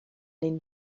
ein